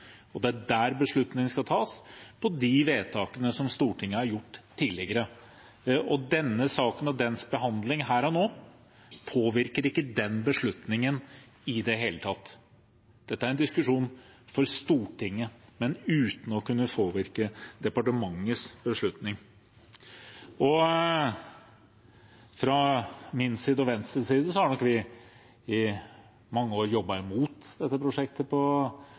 departementet. Det er der beslutningen skal tas, på de vedtakene som Stortinget har gjort tidligere. Denne saken og behandlingen her og nå påvirker ikke den beslutningen i det hele tatt. Dette er en diskusjon for Stortinget, men uten å kunne påvirke departementets beslutning. Fra min og Venstres side har nok vi i mange år jobbet imot dette prosjektet på